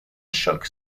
shock